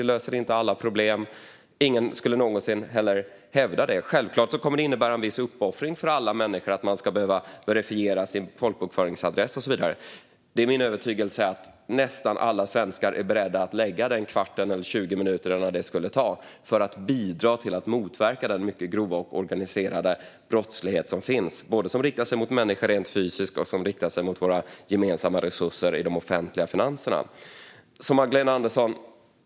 Det löser inte alla problem, och ingen skulle heller någonsin hävda det. Självklart kommer det att innebära en viss uppoffring för alla människor att man ska behöva verifiera sin folkbokföringsadress och så vidare. Men det är min övertygelse att nästan alla svenskar är beredda att lägga den kvart eller de 20 minuter det skulle ta för att bidra till att motverka den mycket grova och organiserade brottslighet som riktar sig både mot människor rent fysiskt och mot våra gemensamma resurser i de offentliga finanserna.